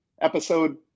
episode